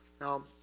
Now